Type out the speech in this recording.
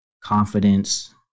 confidence